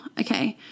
Okay